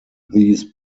these